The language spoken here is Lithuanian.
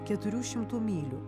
keturių šimtų mylių